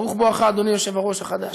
ברוך בואך, אדוני היושב-ראש החדש.